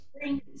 Spring